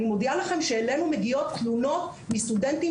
אני מודיעה לכם שאלינו מגיעות תלונות מסטודנטים